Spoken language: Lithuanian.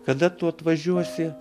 kada tu atvažiuosi